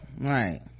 right